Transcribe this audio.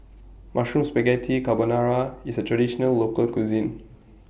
Mushroom Spaghetti Carbonara IS A Traditional Local Cuisine